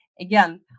again